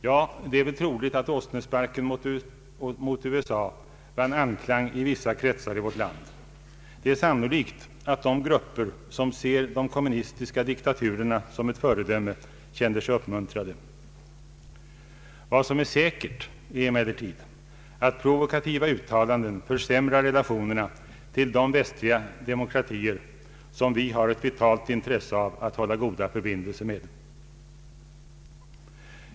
Ja, det är väl troligt att åsnesparken åt USA vann anklang i vissa kretsar i vårt land. Det är sannolikt att de grupper som ser de kommunistiska diktaturerna som ett föredöme känner sig uppmuntrade. Vad som är säkert är emellertid att provokativa uttalanden försämrar relationerna till de västliga demokratier som vi har ett vitalt intresse av att hålla goda förbindelser med.